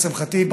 לשמחתי,